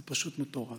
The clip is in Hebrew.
זה פשוט מטורף.